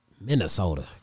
Minnesota